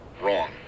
Wrong